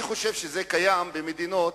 אני חושב שזה קיים במדינות,